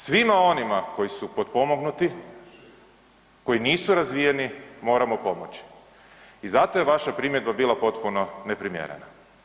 Svima onima koji su potpomognuti koji nisu razvijeni moramo pomoći i zato je vaša primjedba bila potpuno neprimjerena.